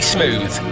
Smooth